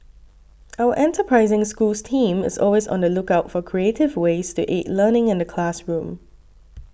our enterprising Schools team is always on the lookout for creative ways to aid learning in the classroom